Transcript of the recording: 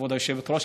כבוד היושבת-ראש,